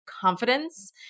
confidence